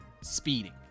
speeding